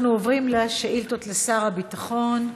אנחנו עוברים לשאילתות לשר הביטחון.